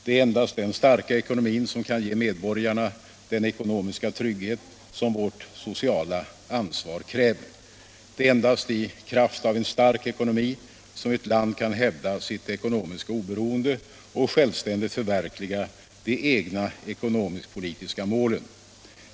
Det är endast den starka ekonomin som kan ge medborgarna den ekonomiska trygghet som vårt sociala ansvar kräver. Det är endast i kraft av en stark ekonomi som ett land kan hävda sitt ekonomiska oberoende och självständigt förverkliga de egna ekonomisk-politiska målen.